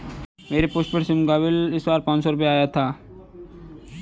मेरे postpaid SIM का bill इस बार पाँच हजार रुपए आया था